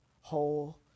whole